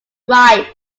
rice